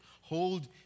Hold